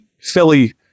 Philly